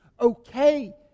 okay